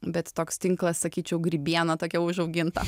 bet toks tinklas sakyčiau grybiena tokia užauginta